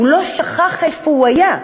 הוא לא שכח איפה הוא היה,